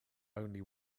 only